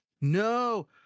no